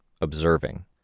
observing